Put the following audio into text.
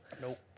Nope